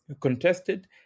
contested